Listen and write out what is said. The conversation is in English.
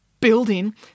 building